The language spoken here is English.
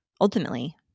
Ultimately